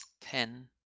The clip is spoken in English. Ten